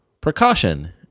precaution